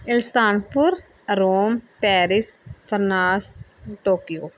Istanbul Rome Paris France Tokyo